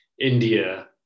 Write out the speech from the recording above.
India